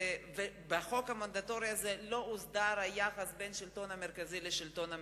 בחוק המנדטורי הזה לא הוסדר היחס בין השלטון המרכזי לשלטון המקומי.